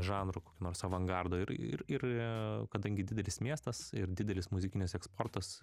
žanrų nors avangardų ir ir kadangi didelis miestas ir didelis muzikinis eksportas